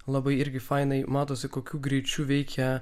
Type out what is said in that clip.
labai irgi fainai matosi kokiu greičiu veikia